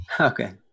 Okay